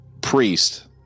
priest